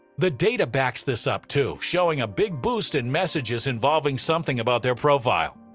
the data backs this up too, showing a big boost in messages involving something about their profile.